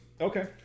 Okay